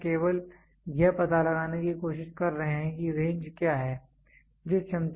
इसलिए हम केवल यह पता लगाने की कोशिश कर रहे हैं कि रेंज क्या है